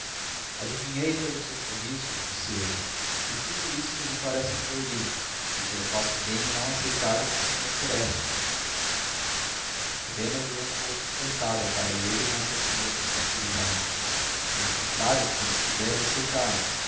adivinhei pelo seu sorriso disse ele que tudo isto lhe parece pueril e que eu faço bem em não aceitar o que se me oferece helena olhou um pouco espantada para ele mas respondeu com tranqüilidade pelo contrário penso que deve aceitar